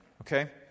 Okay